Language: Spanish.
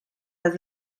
las